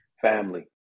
Family